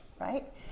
Right